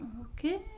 Okay